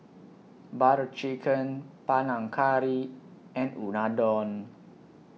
Butter Chicken Panang Curry and Unadon